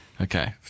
Okay